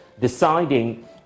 deciding